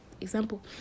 example